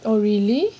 oh really